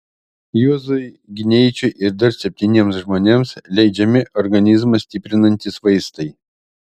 juozui gineičiui ir dar septyniems žmonėms leidžiami organizmą stiprinantys vaistai